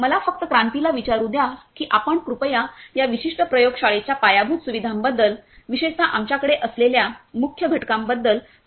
मला फक्त क्रांतीला विचारू द्या की आपण कृपया या विशिष्ट प्रयोग शाळेच्या पायाभूत सुविधांबद्दल विशेषत आमच्याकडे असलेल्या मुख्य घटकांबद्दल स्पष्टीकरण देऊ शकाल का